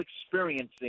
experiencing